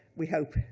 we hope,